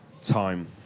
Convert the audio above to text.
Time